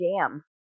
jam